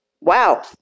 wow